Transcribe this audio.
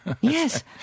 yes